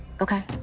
Okay